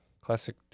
classic